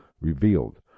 revealed